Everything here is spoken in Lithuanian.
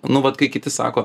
nu vat kai kiti sako